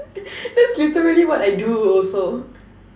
that's literally what I do also